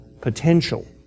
potential